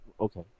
Okay